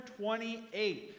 28